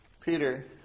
Peter